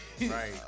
Right